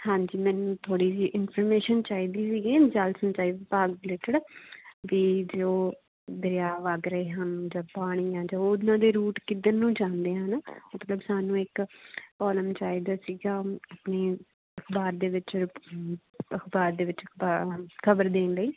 ਹਾਂਜੀ ਮੈਨੂੰ ਥੋੜ੍ਹੀ ਜਿਹੀ ਇਨਫੋਰਮੇਸ਼ਨ ਚਾਹੀਦੀ ਸੀਗੀ ਜਲ ਸਿੰਚਾਈ ਵਿਭਾਗ ਰਿਲੇਟਡ ਵੀ ਜੋ ਦਰਿਆ ਵੱਗ ਰਹੇ ਹਨ ਜਾਂ ਪਾਣੀ ਆ ਜੋ ਉਹਨਾਂ ਦੇ ਰੂਟ ਕਿੱਧਰ ਨੂੰ ਜਾਂਦੇ ਹਨ ਮਤਲਬ ਸਾਨੂੰ ਇੱਕ ਕੋਲਮ ਚਾਹੀਦਾ ਸੀ ਜਾਂ ਆਪਣੀ ਅਖਬਾਰ ਦੇ ਵਿੱਚ ਅਖਬਾਰ ਦੇ ਵਿੱਚ ਆ ਖਬਰ ਦੇਣ ਲਈ